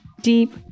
deep